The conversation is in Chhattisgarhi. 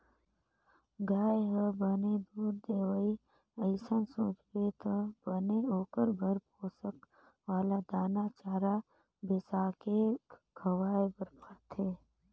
गाय ह बने दूद देवय अइसन सोचबे त बने ओखर बर पोसक वाला दाना, चारा बिसाके खवाए बर परथे